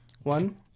One